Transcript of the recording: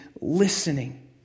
listening